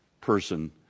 person